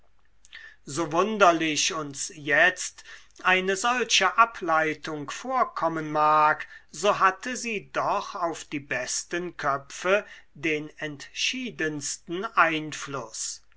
so wunderlich uns jetzt eine solche ableitung vorkommen mag so hatte sie doch auf die besten köpfe den entschiedensten einfluß